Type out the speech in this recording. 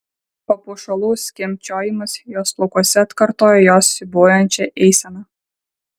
papuošalų skimbčiojimas jos plaukuose atkartojo jos siūbuojančią eiseną